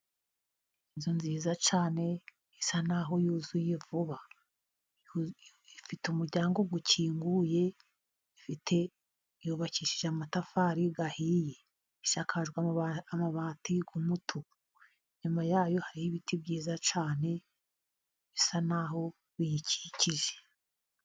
Inzu nziza cyane isa naho yuzuye vuba, ifite umuryango ukinguye ifite yubakishije amatafari ahiye , isakajwe amabati y'umutuku, inyuma yayo hari ibiti byiza cyane, bisa n'aho biyikikije.